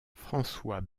françois